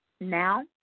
Now